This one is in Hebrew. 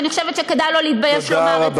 אני חושבת שכדאי לו להתבייש לומר את זה.